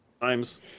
times